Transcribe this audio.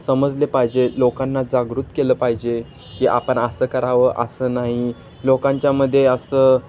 समजले पाहिजे लोकांना जागृत केलं पाहिजे की आपण असं करावं असं नाही लोकांच्यामध्ये असं